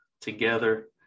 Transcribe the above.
together